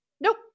Nope